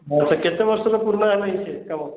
ହଁ ସେ କେତେ ବର୍ଷର ପୁରୁଣା ହେଲାଣି ସିଏ କାମ